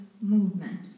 movement